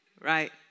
Right